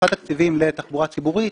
הוספת תקציבים לתחבורה ציבורית